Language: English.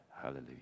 Hallelujah